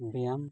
ᱵᱮᱭᱟᱢ